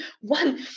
one